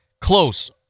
Close